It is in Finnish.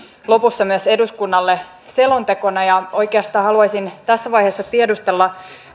lopussa myös eduskunnalle selontekona ja oikeastaan haluaisin tässä vaiheessa tiedustella